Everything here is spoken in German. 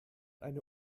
eine